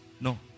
No